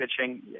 pitching